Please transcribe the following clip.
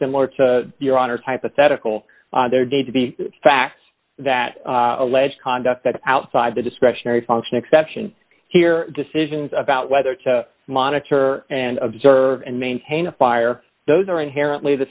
similar to your honor's hypothetical their day to be facts that alleged conduct that outside the discretionary function exception here decisions about whether to monitor and observe and maintain a fire those are inherently the